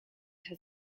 has